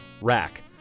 Rack